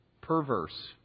perverse